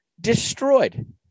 destroyed